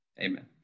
amen